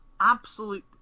absolute